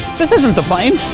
this isn't the plane.